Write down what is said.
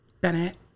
Bennett